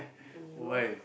in Europe